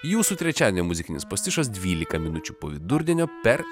jūsų trečiadienio muzikinis pastišas dvylika minučių po vidurdienio per